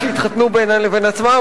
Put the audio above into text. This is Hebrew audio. בינן לבין עצמן,